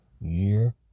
year